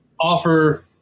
offer